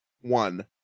one